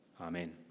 Amen